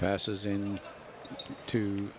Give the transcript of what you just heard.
passes in to